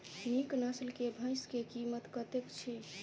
नीक नस्ल केँ भैंस केँ कीमत कतेक छै?